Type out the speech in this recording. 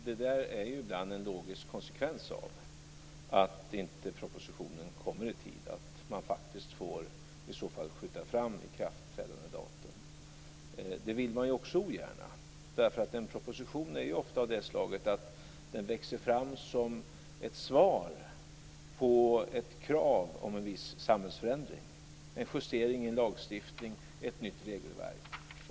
Fru talman! Det är ibland en logisk konsekvens av att propositionen inte kommer i tid att man får skjuta fram ikraftträdandedatum. Det vill man ogärna göra. En proposition är ofta av det slaget att den växer fram som ett svar på ett krav om en viss samhällsförändring: en justering i en lagstiftning eller ett nytt regelverk.